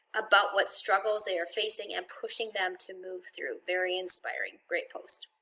about what struggles they are facing and pushing them to move through, very inspiring. great post.